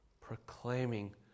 proclaiming